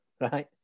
right